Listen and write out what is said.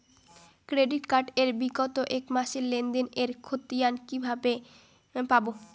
Credit card এর বিগত এক মাসের লেনদেন এর ক্ষতিয়ান কি কিভাবে পাব?